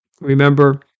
Remember